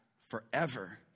forever